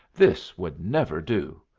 this would never do.